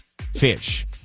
fish